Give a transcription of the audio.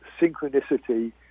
synchronicity